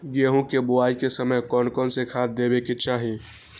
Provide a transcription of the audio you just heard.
गेंहू के बोआई के समय कौन कौन से खाद देवे के चाही?